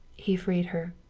he freed her.